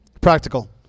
Practical